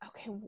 okay